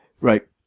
Right